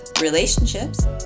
relationships